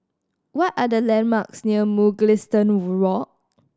what are the landmarks near Mugliston Walk